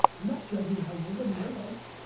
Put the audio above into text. i'm not judging how you're living your life.